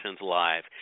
Live